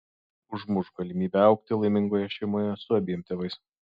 užmuš galimybę augti laimingoje šeimoje su abiem tėvais